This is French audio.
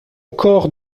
corps